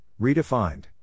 Redefined